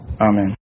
Amen